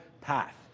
path